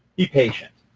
be patient.